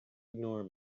ignore